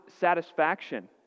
satisfaction